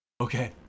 okay